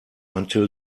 until